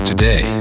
Today